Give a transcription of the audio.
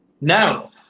Now